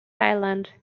island